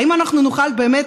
האם אנחנו נוכל באמת